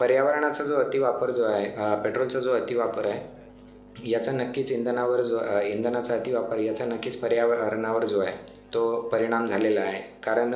पर्यावरणाचा जो अति वापर जो आहे पेट्रोलचा जो अति वापर आहे याचा नक्कीच इंधनावर जो इंधनाचा अति वापर याचा नक्कीच पर्यावरणावर जो आहे तो परिणाम झालेला आहे कारण